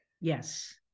Yes